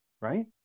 right